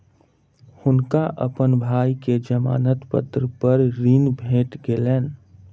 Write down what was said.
हुनका अपन भाई के जमानत पत्र पर ऋण भेट गेलैन